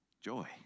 joy